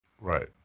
right